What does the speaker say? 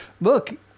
look